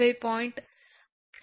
6° ஆகும்